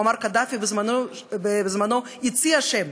מועמר קדאפי בזמנו הציע שם,